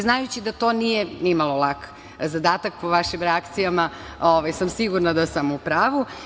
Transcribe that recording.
Znajući da to nije ni malo lak zadatak, po vašim reakcijama sam sigurna da sam u pravu.